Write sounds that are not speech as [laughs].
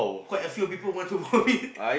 quite a few people want to go in [laughs]